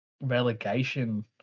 relegation